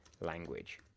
language